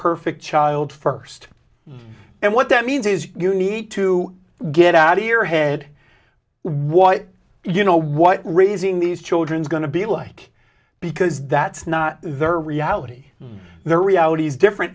perfect child first and what that means is you need to get out of your head what you know what raising these children is going to be like because that's not their reality the reality is different